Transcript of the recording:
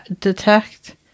detect